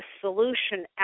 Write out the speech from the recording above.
solution